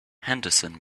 henderson